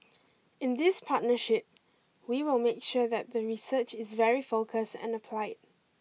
in this partnership we will make sure that the research is very focus and apply